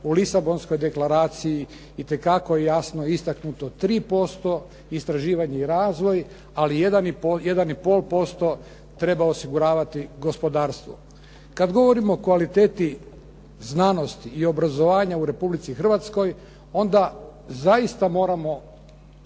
u Lisabonskoj deklaraciji itekako je jasno istaknuto 3% istraživanje i razvoj, ali 1,5% treba osiguravati gospodarstvo. Kad govorimo o kvaliteti znanosti i obrazovanja u Republici Hrvatskoj onda zaista moramo